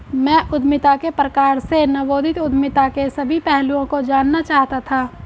मैं उद्यमिता के प्रकार में नवोदित उद्यमिता के सभी पहलुओं को जानना चाहता था